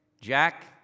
Jack